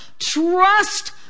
trust